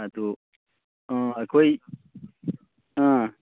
ꯑꯗꯨ ꯑꯥ ꯑꯩꯈꯣꯏ ꯑꯥ